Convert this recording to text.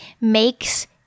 makes